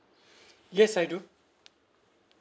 yes I do